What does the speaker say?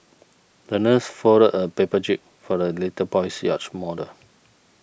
the nurse folded a paper jib for the little boy's yacht model